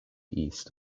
east